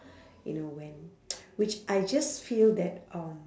you know when which I just feel that um